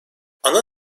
ana